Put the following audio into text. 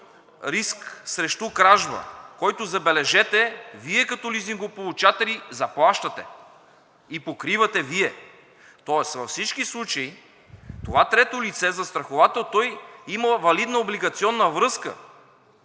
„риск срещу кражба“. Който, забележете, Вие като лизингополучатели заплащате и покривате Вие, тоест във всички случаи това трето лице застраховател има валидна облигационна връзка